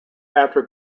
after